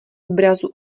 obrazu